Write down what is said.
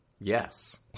yes